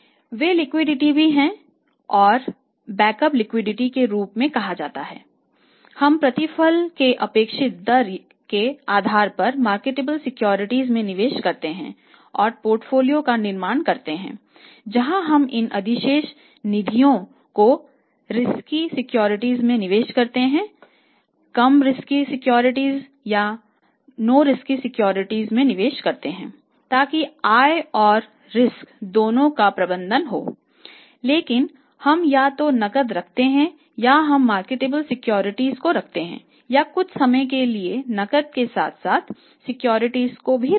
वे liquidity को रखते हैं या कुछ समय के लिए नकद के साथ साथ सिक्योरिटीज को रखते हैं